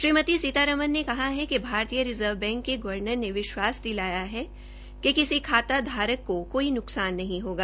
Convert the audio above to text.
श्रीमती सीतारमन ने कहा कि भारतीय रिज़र्व बैंक के गर्वनर ने विश्वास दिलाया है कि किसी खाता धारक को कोई नुकसान नहीं होगा